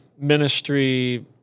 ministry